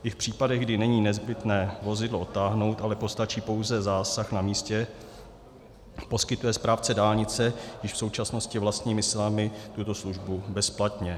I v případech, kdy není nezbytné vozidlo odtáhnout, ale postačí pouze zásah na místě, poskytne správce dálnice již v současnosti vlastními silami tuto službu bezplatně.